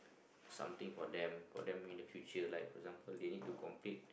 something for them for them in the future like for example they need to complete